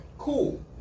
Cool